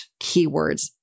keywords